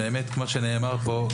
באמת כמו שנאמר פה,